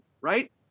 right